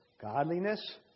godliness